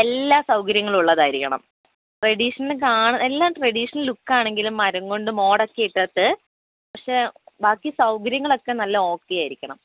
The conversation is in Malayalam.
എല്ലാ സൗകര്യങ്ങളും ഉള്ളതായിരിക്കണം ട്രഡീഷൻ കാണുമ്പം എല്ലാം ട്രഡീഷണൽ ലുക്ക് ആണെങ്കിലും മരം കൊണ്ട് മോഡൊക്കെയിട്ടിട്ട് പക്ഷേ ബാക്കി സൗകര്യങ്ങളൊക്കെ നല്ല ഓക്കെ ആയിരിക്കണം